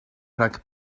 rhag